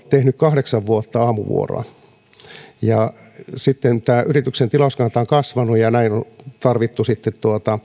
tehnyt kahdeksan vuotta aamuvuoroa sitten tämän yrityksen tilauskanta on kasvanut ja hänet on tarvinnut sitten